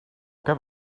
give